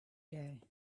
day